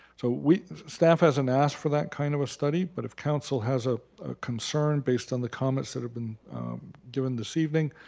so staff hasn't asked for that kind of a study, but if council has a concern based on the comments that have been given this evening,